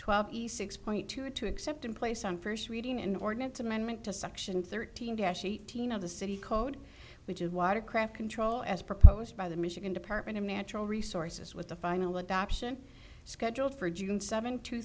twelve east six point two two except in place on first reading an ordinance amendment to section thirteen dash eighteen of the city code which of watercraft control as proposed by the michigan department a mantra resources was the final adoption scheduled for june seventh two